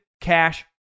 Cash